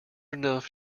enough